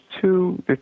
two